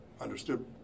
understood